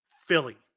Philly